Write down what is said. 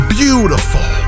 beautiful